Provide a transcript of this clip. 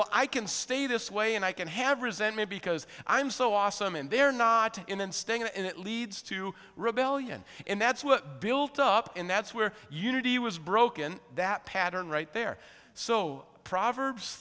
what i can stay this way and i can have resentment because i'm so awesome in there not in staying and it leads to rebellion and that's what built up and that's where unity was broken that pattern right there so proverbs